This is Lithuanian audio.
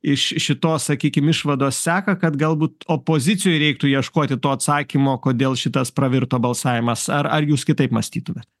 iš šitos sakykim išvados seka kad galbūt opozicijoj reiktų ieškoti to atsakymo kodėl šitas pravirto balsavimas ar ar jūs kitaip mąstytumėt